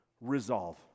resolve